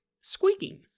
squeaking